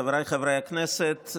חבריי חברי הכנסת,